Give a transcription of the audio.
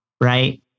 Right